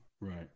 Right